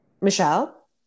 Michelle